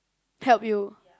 help you